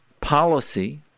policy